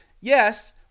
yes